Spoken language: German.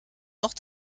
noch